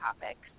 topics